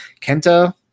Kenta